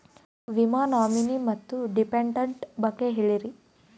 ವಿಮಾ ನಾಮಿನಿ ಮತ್ತು ಡಿಪೆಂಡಂಟ ಬಗ್ಗೆ ಹೇಳರಿ?